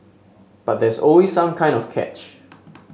but there's always some kind of catch